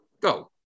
go